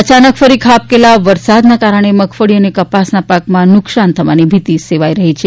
અચાનક ફરી ખાબકેલા વરસાદના કારણે મગફળી અને કપાસના પાકમાં નુકસાન થવાની ભીતિ સેવાઈ રફી છે